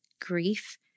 grief